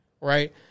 Right